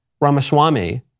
Ramaswamy